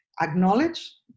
acknowledge